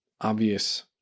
obvious